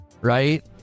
Right